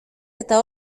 eta